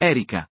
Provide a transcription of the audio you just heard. Erika